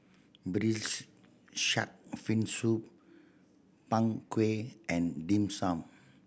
Braised Shark Fin Soup Png Kueh and Dim Sum